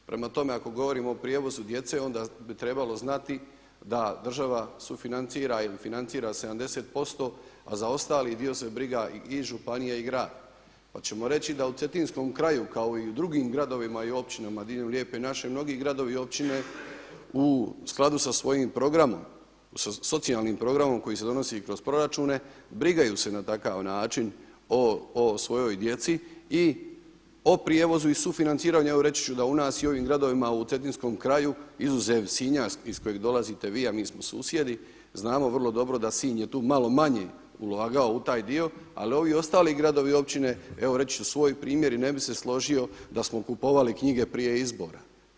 Prema tome, ako govorimo o prijevozu djece onda bi trebalo znati da država sufinancira ili financira 70% a za ostali se brine i županija i grad, pa ćemo reći da u cetinskom kraju kao i u drugim gradovima i općinama diljem Lijepe naše mnogi gradovi i općine u skladu sa svojim programom, socijalnim programom koji se donosi kroz proračune brinu se na takav način o svojoj djeci i o prijevozu i sufinanciranju, evo reći ću da u nas i ovim gradovima u cetinskom kraju izuzev Sinja iz kojeg dolazite vi a mi smo susjedi znamo vrlo dobro da Sinj je tu malo manje ulagao u taj dio, ali ovi ostali gradovi i općine, evo reći ću svoj primjer i ne bih se složio da smo kupovali knjige prije izbora.